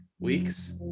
Weeks